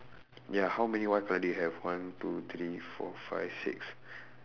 ya how many white colour do you have one two three four five six